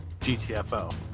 GTFO